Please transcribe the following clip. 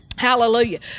Hallelujah